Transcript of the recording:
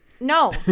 no